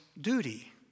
duty